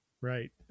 right